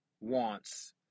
wants